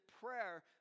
prayer